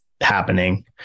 happening